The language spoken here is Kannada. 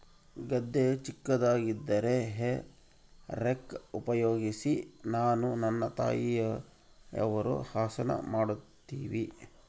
ಗದ್ದೆ ಚಿಕ್ಕದಾಗಿದ್ದರೆ ಹೇ ರೇಕ್ ಉಪಯೋಗಿಸಿ ನಾನು ನನ್ನ ತಾಯಿಯವರು ಹಸನ ಮಾಡುತ್ತಿವಿ